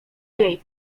jej